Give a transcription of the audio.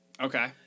Okay